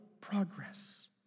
progress